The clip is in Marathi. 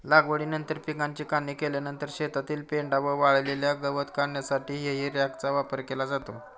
लागवडीनंतर पिकाची काढणी केल्यानंतर शेतातील पेंढा व वाळलेले गवत काढण्यासाठी हेई रॅकचा वापर केला जातो